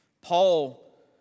Paul